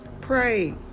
pray